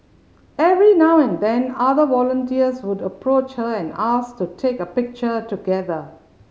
every now and then other volunteers would approach her and ask to take a picture together